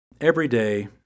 everyday